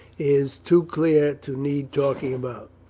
is too clear to need talking about.